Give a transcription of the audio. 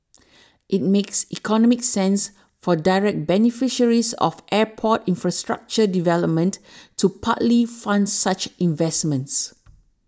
it makes economic sense for direct beneficiaries of airport infrastructure development to partly fund such investments